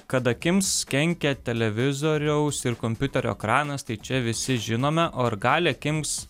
kad akims kenkia televizoriaus ir kompiuterio ekranas tai čia visi žinome o ar gali akims